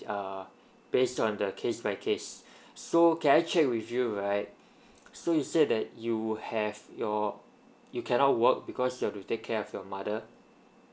err based on the case by case so can I check with you right so you said that you will have your you cannot work because you have to take care of your mother